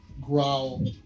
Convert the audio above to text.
growl